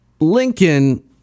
Lincoln